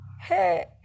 hey